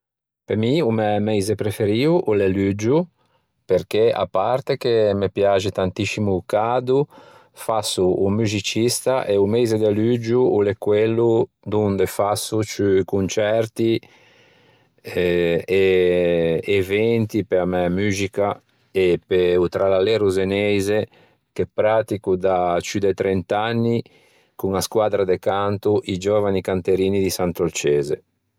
Pe m' o mæ meise preferio o l'é Luggio perché, a parte che me piaxe tantiscimo o cado, fasso o muxicista e o meise de luggio o l'é quello donde fasso ciù concerti eh e eventi pe-a mæ muxica e pe-o trallalero zeneise che prattico da ciù de trent'anni con a squaddra de canto i giovani Canterini di Sant'Olcese